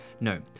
No